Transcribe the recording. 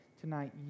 tonight